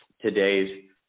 today's